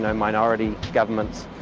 and minority governments.